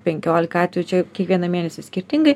penkiolika atvejų čia kiekvieną mėnesį skirtingai